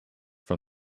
from